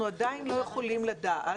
אנחנו עדיין לא יכולים לדעת,